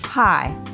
Hi